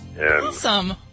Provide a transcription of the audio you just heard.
awesome